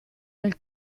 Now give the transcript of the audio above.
nel